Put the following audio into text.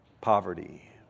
poverty